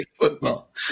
football